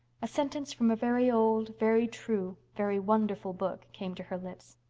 a sentence from a very old, very true, very wonderful book came to her lips,